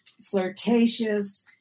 flirtatious